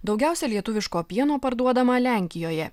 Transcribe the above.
daugiausiai lietuviško pieno parduodama lenkijoje